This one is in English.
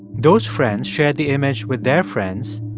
those friends shared the image with their friends,